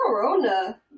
Corona